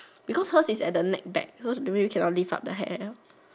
because hers is at the neck back so that means cannot lift up the hair liao